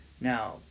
Now